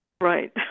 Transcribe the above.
Right